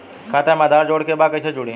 खाता में आधार जोड़े के बा कैसे जुड़ी?